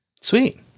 Sweet